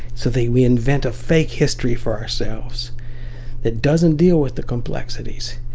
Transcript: so they reinvent a fake history for ourselves that doesn't deal with the complexities.